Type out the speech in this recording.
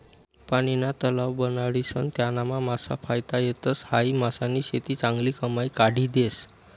पानीना तलाव बनाडीसन त्यानामा मासा पायता येतस, हायी मासानी शेती चांगली कमाई काढी देस